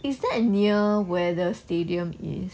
is there near where the stadium is